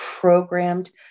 programmed